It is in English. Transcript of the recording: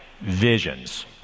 visions